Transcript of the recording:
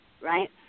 Right